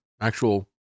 actual